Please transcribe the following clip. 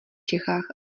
čechách